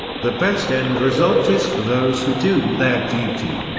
the best end result is for those who do their duty.